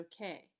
okay